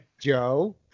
Joe